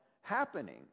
happening